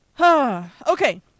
Okay